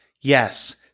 Yes